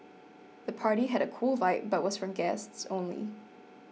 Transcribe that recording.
the party had a cool vibe but was for guests only